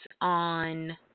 on